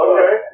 Okay